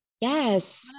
Yes